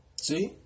See